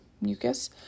mucus